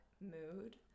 mood